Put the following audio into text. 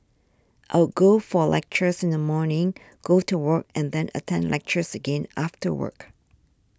I'll go for lectures in the morning go to work and then attend lectures again after work